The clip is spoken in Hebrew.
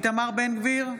איתמר בן גביר,